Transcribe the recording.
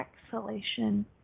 exhalation